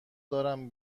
دارم